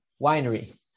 Winery